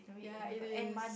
ya it is